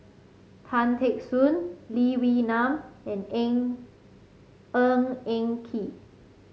Tan Teck Soon Lee Wee Nam and Eng Ng Eng Kee